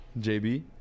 JB